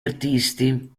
artisti